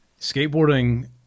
skateboarding